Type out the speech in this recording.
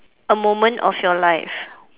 a moment of your life